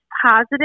Positive